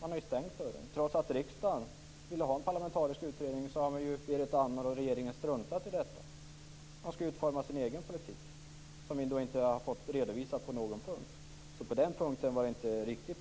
har ju stängts. Trots att riksdagen ville ha en parlamentarisk utredning har Berit Andnor och regeringen struntat i det. Man skall utforma sin egen politik, som vi inte har fått redovisad på någon punkt. Det Berit Andnor sade var alltså inte riktigt.